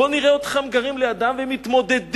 בואו נראה אתכם גרים לידם ומתמודדים